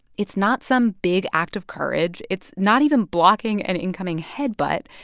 it's not some big act of courage. it's not even blocking an incoming head-butt.